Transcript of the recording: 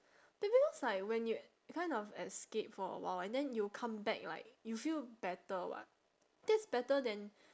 be~ because like when you kind of escape for awhile and then you come back like you feel better [what] that's better than